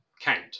count